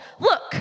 look